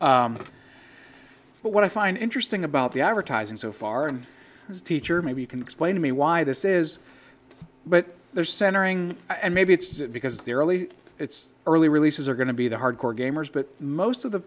copies but what i find interesting about the advertising so far and the teacher maybe you can explain to me why this is but there's centering and maybe it's because their early its early releases are going to be the hardcore gamers but most of the